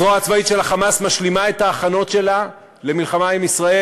הזרוע הצבאית של ה"חמאס" משלימה את ההכנות שלה למלחמה עם ישראל,